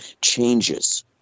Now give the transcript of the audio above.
changes